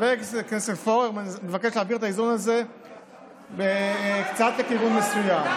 וחבר הכנסת פורר מבקש להעביר את האיזון הזה קצת לכיוון מסוים.